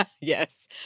Yes